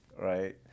right